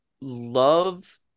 love